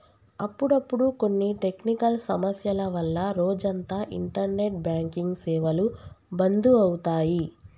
అప్పుడప్పుడు కొన్ని టెక్నికల్ సమస్యల వల్ల రోజంతా ఇంటర్నెట్ బ్యాంకింగ్ సేవలు బంధు అవుతాయి